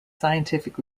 scientific